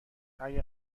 اگه